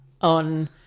on